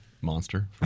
monster